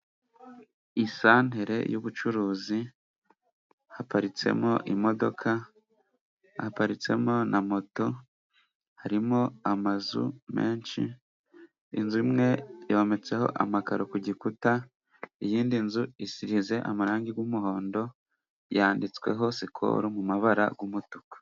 Isantere y'ubucuruzi haparitsemo imodoka, haparitsemo na moto, harimo amazu menshi inzu imwe yometseho amakaro ku gikuta, iyindi nzu isize amarangi y'umuhondo, yanditsweho sikoro mu mabara y'umutuku.